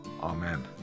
Amen